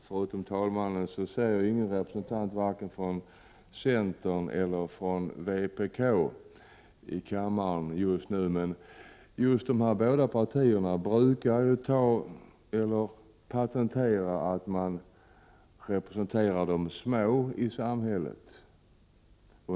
Förutom talmannen ser jag inte någon representant i kammaren för vare sig centern eller vpk just nu. De båda partierna brukar framhålla sig som speciella representanter för de små i samhället.